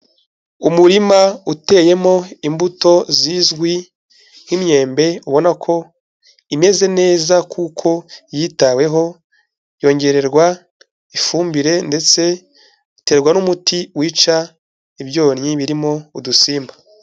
Umurima uteyemo imbuto zizwi nk'imyembe ubona ko, imeze neza kuko yitaweho yongererwa ifumbire ndetse iterwa n'umuti wica ibyonnyi birimo udusimba.